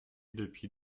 depuis